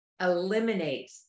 Eliminate